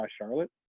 charlotte